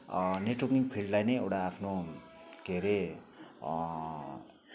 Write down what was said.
networking फिल्डलाई नै एउटा आफ्नो के अरे